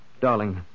Darling